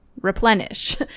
replenish